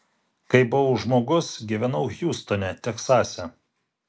kai buvau žmogus gyvenau hjustone teksase